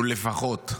הוא לפחות כך,